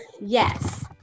Yes